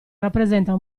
rappresenta